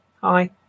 Hi